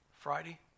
Friday